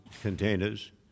containers